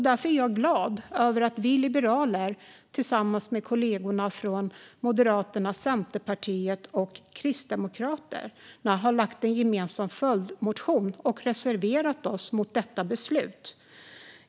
Därför är jag glad över att vi liberaler tillsammans med kollegorna från Moderaterna, Centerpartiet och Kristdemokraterna har en gemensam följdmotion och har reserverat oss mot detta beslut.